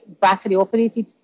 battery-operated